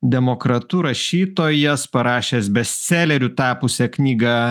demokratu rašytojas parašęs bestseleriu tapusią knygą